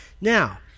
Now